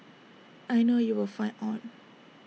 I know you will fight on